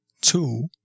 Two